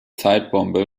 zeitbombe